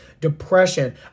depression